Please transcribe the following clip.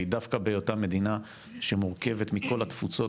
והיא דווקא בהיותה מדינה שמורכבת מכל התפוצות.